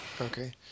Okay